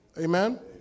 Amen